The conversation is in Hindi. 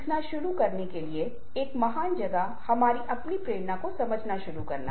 शब्द ओके 19 वीं सदी में अमेरिका में लोकप्रिय बनाया गया है